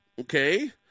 okay